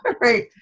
Right